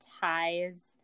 ties